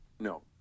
no